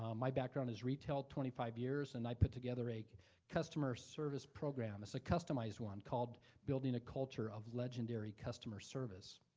um my background is retail, twenty five years, and i put together a customer service program, it's a customized one called building a culture of legendary customer service.